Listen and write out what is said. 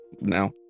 Now